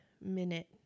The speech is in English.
minute